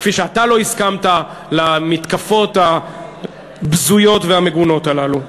כפי שאתה לא הסכמת למתקפות הבזויות והמגונות הללו.